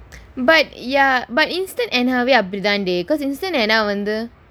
but ya but instant henna வே அப்படித்தாண்டி:vae appadithaandi because instant henna வந்து:vanthu